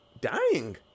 dying